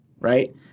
right